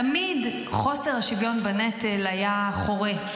תמיד חוסר השוויון בנטל היה חורה,